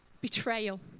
betrayal